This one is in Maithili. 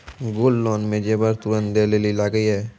गोल्ड लोन मे जेबर तुरंत दै लेली लागेया?